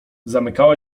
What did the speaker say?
zamykała